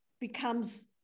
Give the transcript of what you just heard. becomes